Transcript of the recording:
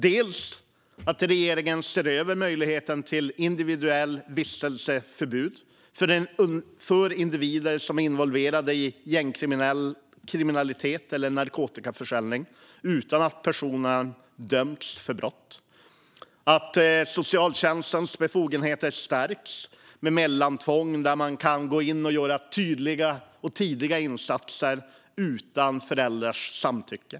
Det handlar om att regeringen ser över möjligheten till individuella vistelseförbud för individer som är involverade i gängkriminalitet eller narkotikaförsäljning utan att dessa personer har dömts för brott. Socialtjänstens befogenheter ska också stärkas med mellantvång, där man kan gå in och göra tydliga och tidiga insatser utan föräldrars samtycke.